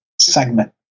segment